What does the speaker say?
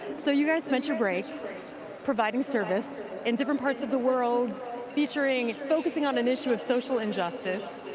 so you guys spent your break providing service in different parts of the world featuring, focusing on an issue of social injustice.